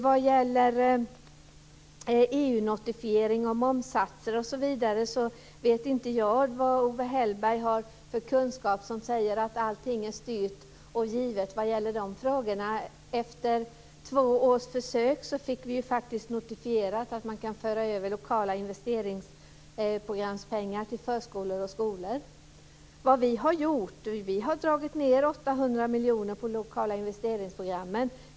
Sedan gällde det EU-notifiering och momssatser. Jag vet inte vad Owe Hellberg har för kunskap som säger att allting är styrt och givet i de frågorna. Efter två års försök fick vi faktiskt notifierat att man kan föra över lokala investeringsprogramspengar till förskolor och skolor. Vi har dragit ned 800 miljoner på de lokala investeringsprogrammen.